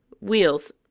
wheels